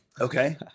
Okay